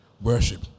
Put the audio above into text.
worship